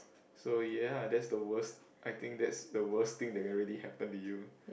so ya that's the worst I think that's the worst thing that already happen to you